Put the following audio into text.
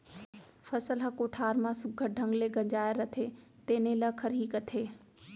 फसल ह कोठार म सुग्घर ढंग ले गंजाय रथे तेने ल खरही कथें